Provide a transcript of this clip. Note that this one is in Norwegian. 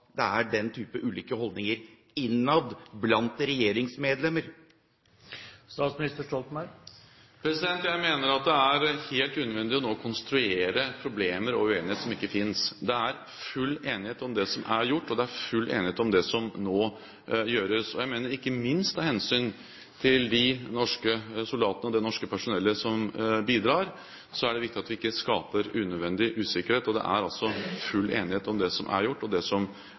det er helt kurant at det er den type ulike holdninger innad blant regjeringsmedlemmer? Jeg mener at det er helt unødvendig nå å konstruere problemer og uenighet som ikke finnes. Det er full enighet om det som er gjort, og det er full enighet om det som nå gjøres. Ikke minst av hensyn til de norske soldatene og det norske personellet som bidrar, mener jeg det er viktig at vi ikke skaper unødvendig usikkerhet. Det er altså full enighet om det som er gjort, og det som